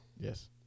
Yes